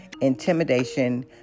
intimidation